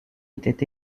était